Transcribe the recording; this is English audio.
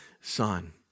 son